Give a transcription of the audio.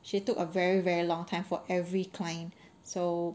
she took a very very long time for every client so